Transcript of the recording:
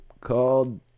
called